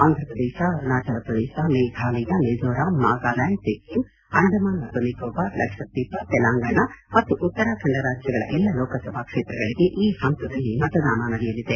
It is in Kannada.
ಆಂಧ್ರ ಪ್ರದೇಶ ಅರುಣಾಚಲ ಪ್ರದೇಶ ಮೇಘಾಲಯ ಮಿಜೋರಾಂ ನಾಗಾಲ್ಡಾಂಡ್ ಸಿಕ್ಕಿಂ ಅಂಡಮಾನ್ ಮತ್ತು ನಿಕೋಬಾರ್ ಲಕ್ಷದ್ವೀಪ ತೆಲಂಗಾಣ ಮತ್ತು ಉತ್ತರಾಖಂಡ ರಾಜ್ಜಗಳ ಎಲ್ಲಾ ಲೋಕಸಭಾ ಕ್ಷೇತ್ರಗಳಿಗೆ ಈ ಹಂತದಲ್ಲಿ ಮತದಾನ ನಡೆಯಲಿದೆ